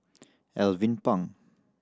Alvin Pang